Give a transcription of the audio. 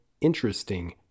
interesting